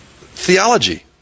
theology